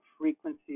frequency